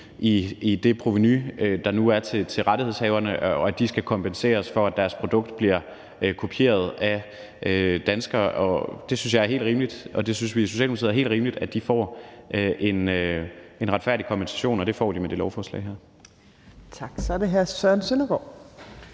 af det provenu, der nu er til rettighedshaverne, og at de skal kompenseres for, at deres produkt bliver kopieret af danskere. Jeg og vi i Socialdemokratiet synes, det er helt rimeligt, at de får en retfærdig kompensation, og det får de med det lovforslag her. Kl. 15:04 Tredje næstformand